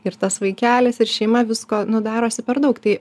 ir tas vaikelis ir šeima visko nu darosi per daug tai